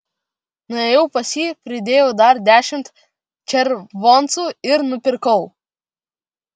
nuėjau pas jį pridėjau dar dešimt červoncų ir nupirkau